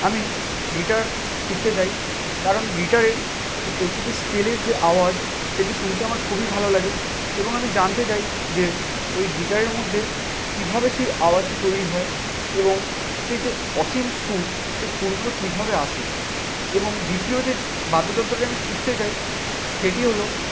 আমি গিটার শিখতে চাই কারণ গিটারের যে প্রতিটি স্কেলের যে আওয়াজ সেটি শুনতে আমার খুবই ভালো লাগে এবং আমি জানতে চাই যে ওই গিটারের মধ্যে কীভাবে সেই আওয়াজটি তৈরি হয় এবং সেই যে অসীম সুর সে সুরগুলো কীভাবে আসে এবং দ্বিতীয় যে বাদ্য যন্ত্রটি আমি শিখতে চাই সেটি হলো